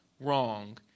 wrong